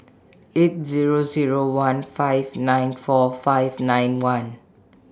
eight Zero Zero one five nine four five nine one